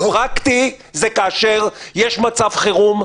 פרקטי זה כאשר יש מצב חירום,